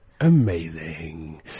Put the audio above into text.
Amazing